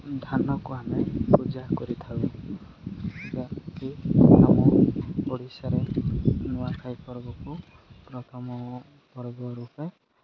ଧାନକୁ ଆମେ ପୂଜା କରିଥାଉ ଯାହାକି ଆମ ଓଡ଼ିଶାରେ ନୂଆଖାଇ ପର୍ବକୁ ପ୍ରଥମ ପର୍ବ ରୂପେ